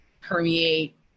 permeate